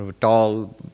Tall